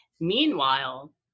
meanwhile